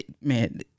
man